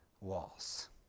walls